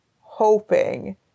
hoping